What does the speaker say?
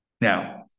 Now